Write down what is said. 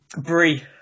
Brie